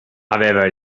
aveva